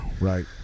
Right